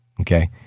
Okay